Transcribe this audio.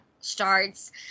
starts